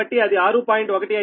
కాబట్టి అది 6